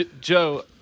Joe